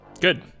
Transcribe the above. Good